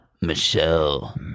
Michelle